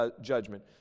judgment